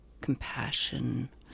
compassion